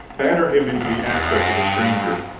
batter him into the aspect of a stranger,